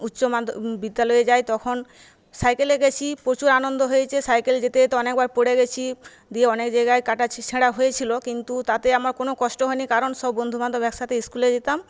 উচ্চমাধ্যমিক বিদ্যালয়ে যাই তখন সাইকেলে গেছি প্রচুর আনন্দ হয়েচে সাইকেল যেতে যেতে অনেকবার পড়ে গেছি দিয়ে অনেক জায়গায় কাটা ছে ছেঁড়া হয়েছিল কিন্তু তাতে আমার কোনও কষ্ট হয়নি কারণ সব বন্ধুবান্ধব একসাথে স্কুলে যেতাম